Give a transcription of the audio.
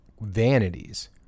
vanities